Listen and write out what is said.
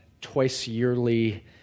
twice-yearly